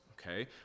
okay